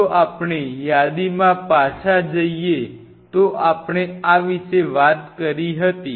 જો આપણે યાદીમાં પાછા જઈએ તો આપણે આ વિશે વાત કરી હતી